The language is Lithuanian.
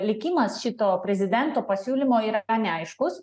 likimas šito prezidento pasiūlymo yra neaiškus